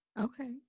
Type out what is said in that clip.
Okay